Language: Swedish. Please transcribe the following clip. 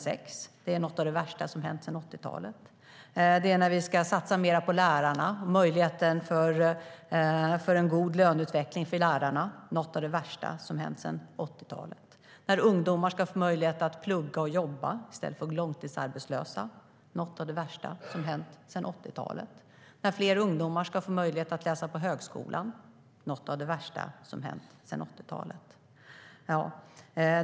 Det är tydligen något av det värsta som har hänt sedan 80-talet. När vi ska satsa mer på lärarna och möjligheten för en god löneutveckling för dem är det något av det värsta som har hänt sedan 80-talet. När ungdomar ska få möjlighet att plugga och jobba i stället för att gå långtidsarbetslösa är det något av det värsta som har hänt sedan 80-talet. När fler ungdomar ska få möjlighet att läsa på högskolan är det något av det värsta som har hänt sedan 80-talet.